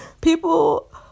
People